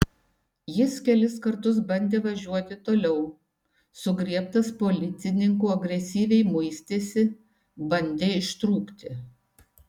jis kelis kartus bandė važiuoti toliau sugriebtas policininkų agresyviai muistėsi bandė ištrūkti